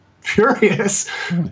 furious